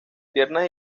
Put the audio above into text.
piernas